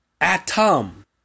atom